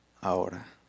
ahora